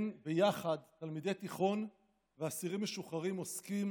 כן, ביחד, תלמידי תיכון ואסירים משוחררים עוסקים